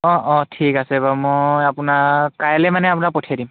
অঁ অঁ ঠিক আছে বাৰু মই আপোনাক কাইলে মানে আপোনাক পঠিয়াই দিম